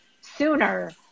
sooner